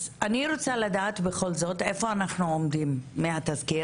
אז אני רוצה לדעת בכל זאת איפה אנחנו עומדים עם התסקיר.